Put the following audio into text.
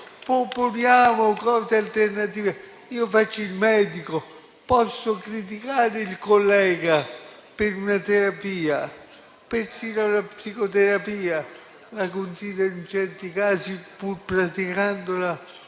Proponiamo cose alternative. Io faccio il medico, posso criticare il collega per una terapia, persino la psicoterapia la considero in certi casi, pur praticandola,